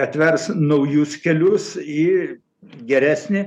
atvers naujus kelius į geresnį